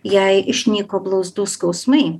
jai išnyko blauzdų skausmai